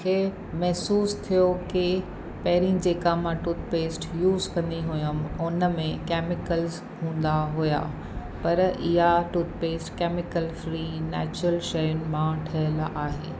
मूंखे महिसूसु थियो की पहिरीं जेका मां टूथपेस्ट यूस कंदी हुयमि हुनमें केमिकल्स हूंदा हुया पर इहा टूथपेस्ट केमिकल फ्री नेचूरल शयुनि मां ठहियलु आहे